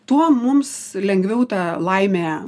tuo mums lengviau tą laimę